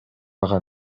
ага